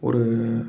ஒரு